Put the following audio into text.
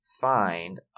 find